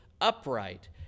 upright